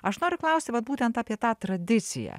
aš noriu klausti vat būtent apie tą tradiciją